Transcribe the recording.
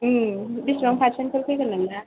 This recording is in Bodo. बेसेबां पारसेन्टफोर फैगोन नोंना